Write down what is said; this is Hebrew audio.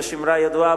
יש אמרה ידועה,